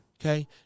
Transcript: okay